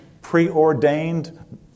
preordained